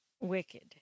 wicked